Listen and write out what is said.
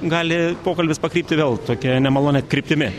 gali pokalbis pakrypti vėl tokia nemalonia kryptimi